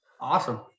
Awesome